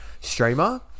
streamer